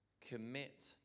Commit